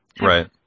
right